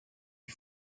you